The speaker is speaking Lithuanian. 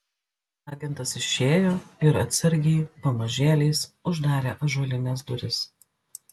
agentas išėjo ir atsargiai pamažėliais uždarė ąžuolines duris